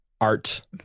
art